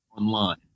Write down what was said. online